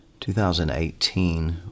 2018